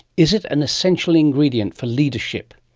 is it an essential ingredient for leadership?